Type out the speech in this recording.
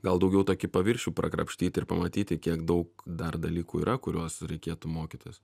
gal daugiau tokį paviršių prakrapštyt ir pamatyti kiek daug dar dalykų yra kuriuos reikėtų mokytis